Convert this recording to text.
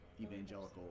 evangelical